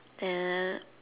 then